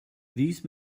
these